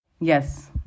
Yes